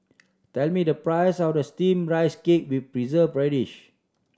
tell me the price of Steamed Rice Cake with Preserved Radish